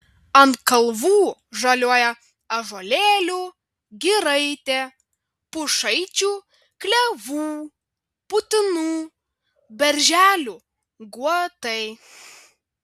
ant kalvų žaliuoja ąžuolėlių giraitė pušaičių klevų putinų berželių guotai